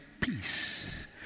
peace